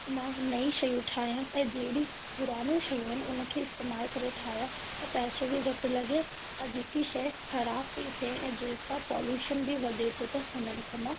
मां नई शयूं ठाहियां ऐं जेड़ियूं पुरानूं शयूं आहिनि उन खे इस्तेमाल करे ठाहियां त पैसो बि घटि लॻे ऐं जेकी शइ ख़राब पई थिए ऐं जेका पॉल्यूशन बि वधे थो त हुननि खां मां